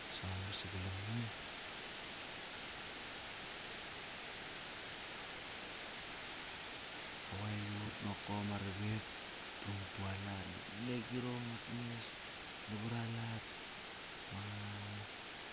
Utles ama mar sagalom nge. Nokop aiut nokop ama ravak, utram utualat nop nani agirong amat mas nava ralat, ma mat